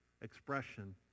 Expression